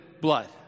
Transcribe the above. blood